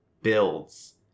Builds